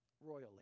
royally